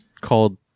called